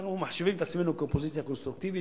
אנחנו מחשיבים את עצמנו כאופוזיציה קונסטרוקטיבית,